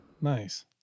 Nice